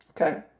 Okay